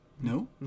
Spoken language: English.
No